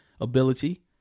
ability